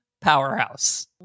powerhouse